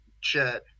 chat